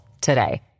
today